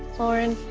lauren.